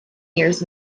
years